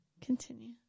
continue